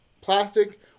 plastic